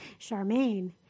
Charmaine